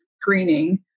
screening